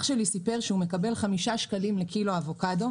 אח שלי סיפר שהוא מקבל חמישה שקלים לקילו אבוקדו,